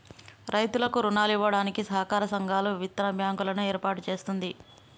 రైతులకు రుణాలు ఇవ్వడానికి సహకార సంఘాలు, విత్తన బ్యాంకు లను ఏర్పాటు చేస్తుంది